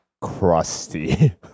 Crusty